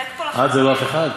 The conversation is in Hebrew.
ריק פה לחלוטין, את זה לא אף אחד,